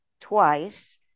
twice